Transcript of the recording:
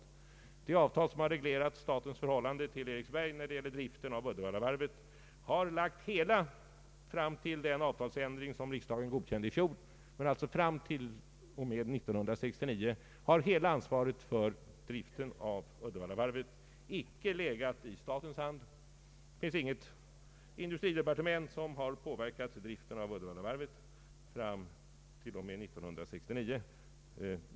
Enligt det avtal som reglerar statens förhållande till Eriksbergsvarvet när det gäller driften av Uddevallavarvet har hela ansvaret för driften fram till den avtalsändring gällande tiden efter 1969 som riksdagen godkände i fjol icke legat hos staten. Det finns inte något industridepartement som har påverkat driften av Uddevallavarvet fram till och med 1969.